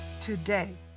today